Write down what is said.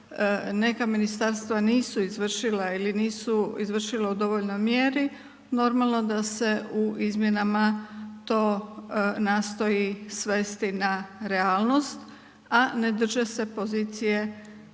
neka ministarstva nisu izvršila ili nisu izvršila u dovoljnoj mjeri normalno da se u izmjenama to nastoji svesti na realnost a ne drže se pozicije